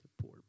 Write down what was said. poor